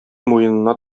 муенына